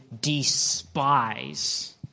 despise